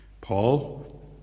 Paul